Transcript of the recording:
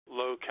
low